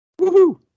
Woohoo